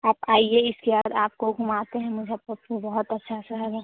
आप आइए इसके बाद आपको घुमाते हैं मुजफ्फरपुर बहुत अच्छा शहर है